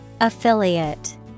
affiliate